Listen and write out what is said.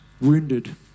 wounded